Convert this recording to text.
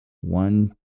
one